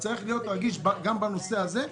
צריכים להיות רגישים גם בנושא הזה.